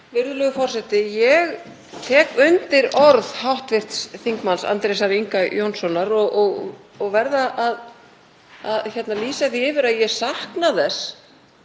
Virðulegur forseti. Ég tek undir orð hv. þm. Andrésar Inga Jónssonar og verð að lýsa því yfir að ég sakna þess